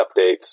updates